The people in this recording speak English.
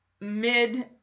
mid